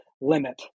limit